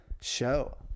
show